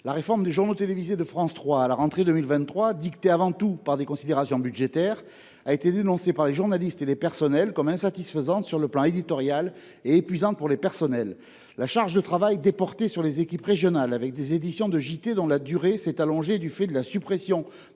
La réforme des journaux télévisés de France 3 à la rentrée 2023, dictée avant tout par des considérations budgétaires, a été dénoncée par les journalistes et les personnels. Ils la jugent insatisfaisante d’un point de vue éditorial et épuisante pour les personnels. La charge de travail a été reportée sur les équipes régionales, la durée des éditions des journaux télévisés ayant été allongée du fait de la suppression